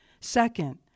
Second